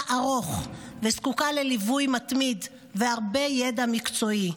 ארוך וזקוקה לליווי מתמיד והרבה ידע מקצועי".